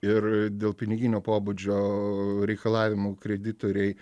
ir dėl piniginio pobūdžio reikalavimų kreditoriai